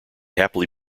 happily